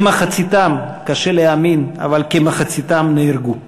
כמחציתם, קשה להאמין, אבל כמחציתם, נהרגו.